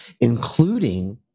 Including